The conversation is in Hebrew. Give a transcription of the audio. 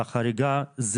החריגה,